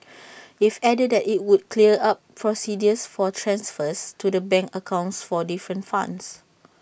IT added that IT would clear up procedures for transfers to the bank accounts for different funds